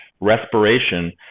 respiration